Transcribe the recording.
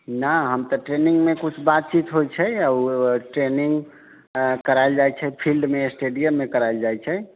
नहि हम तऽ ट्रेनिंगमे कुछ बातचीत होइ छै ओ ट्रेनिंग करायल जाइ छै फिल्डमे स्टेडियममे करायल जाइ छै